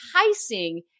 enticing